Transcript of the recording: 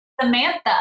Samantha